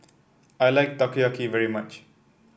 I like Takoyaki very much